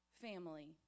family